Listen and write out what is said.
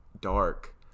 dark